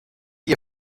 ihr